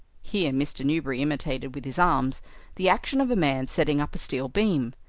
here mr. newberry imitated with his arms the action of a man setting up a steel beam,